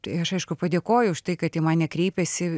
tai aš aišku padėkoju už tai kad į mane kreipėsi